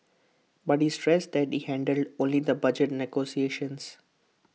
but he stressed that he handled only the budget negotiations